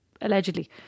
Allegedly